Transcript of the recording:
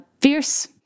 fierce